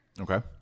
Okay